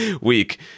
week